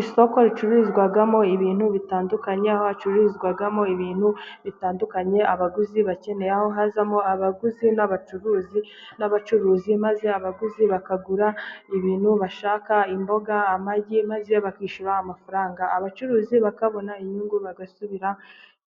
Isoko ricururizwamo ibintu bitandukanye, aho hacururizwamo ibintu bitandukanye, abaguzi bakeneye aho hazamo abaguzi n'abacuruzi, n'abacuruzi maze abaguzi bakagura ibintu bashaka: imboga ,amagi maze bakishyura amafaranga, abacuruzi bakabona inyungu bagasubira